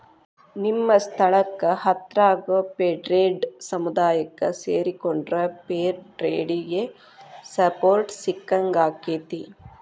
ನಿಮ್ಮ ಸ್ಥಳಕ್ಕ ಹತ್ರಾಗೋ ಫೇರ್ಟ್ರೇಡ್ ಸಮುದಾಯಕ್ಕ ಸೇರಿಕೊಂಡ್ರ ಫೇರ್ ಟ್ರೇಡಿಗೆ ಸಪೋರ್ಟ್ ಸಿಕ್ಕಂಗಾಕ್ಕೆತಿ